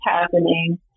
happening